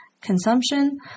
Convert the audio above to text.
consumption